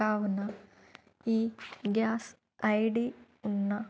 కావున ఈ gas ID ఉన్న